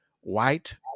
white